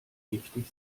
giftig